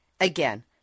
Again